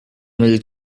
will